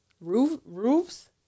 Roofs